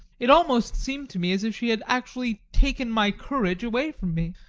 it almost seemed to me as if she had actually taken my courage away from me.